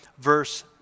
verse